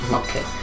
okay